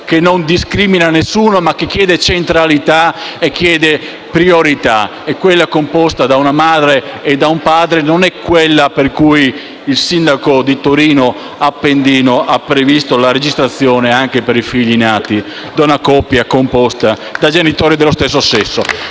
che non discrimina nessuno ma che chiede centralità e priorità. È quella composta da una madre e un padre, non quella per cui il sindaco di Torino Appendino ha previsto la registrazione anche per i figli nati da una coppia composta da genitori dello stesso sesso.